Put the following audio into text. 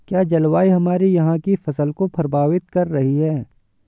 क्या जलवायु हमारे यहाँ की फसल को प्रभावित कर रही है?